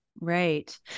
Right